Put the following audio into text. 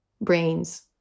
brains